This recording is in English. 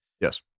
Yes